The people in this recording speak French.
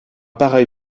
pareil